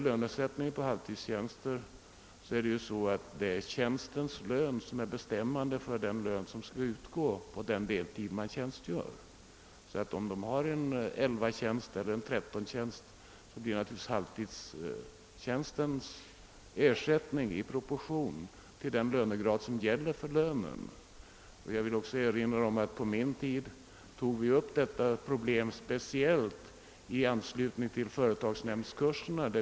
Lönen för halvtidstjänster bestäms av lönen för motsvarande heltidstjänst. Lönen för halvtidsarbete i en tjänst i lönegrad 11 eller 13 utgår i proportion till den lön som gäller för en tjänst i dessa lönegrader. På min tid tog vi upp detta problem i anslutning till företagsnämndskurserna.